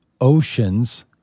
oceans